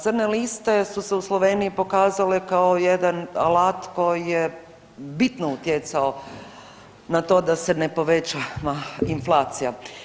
Crne liste su se u Sloveniji pokazale kao jedan alat koji je bitno utjecao na to da se ne povećava inflacija.